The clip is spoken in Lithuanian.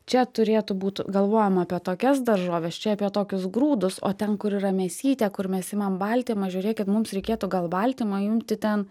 čia turėtų būt galvojama apie tokias daržoves čia apie tokius grūdus o ten kur yra mėsytė kur mes imam baltymą žiūrėkit mums reikėtų gal baltymą imti ten